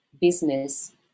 business